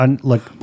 Look